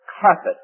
carpet